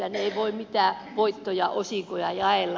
ne eivät voi mitään voittoja osinkoja jaella